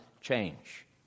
change